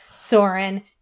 Soren